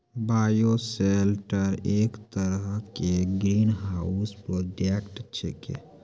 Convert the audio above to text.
bioshelter एक तरह के ग्रीनहाउस प्रोजेक्ट छेकै